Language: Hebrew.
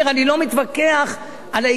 אני לא מתווכח על העיקרון,